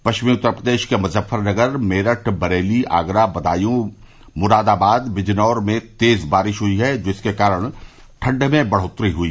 पश्चिमी उत्तर प्रदेश के मुजफ्फरनगर मेरठ बरेली आगरा बदायूं मुरादाबाद बिजनौर में तेज बारिश हुई है जिसके कारण ठण्ड में बढ़ोत्तरी हुई